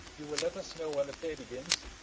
you will let us know when the play begins?